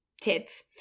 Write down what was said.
tits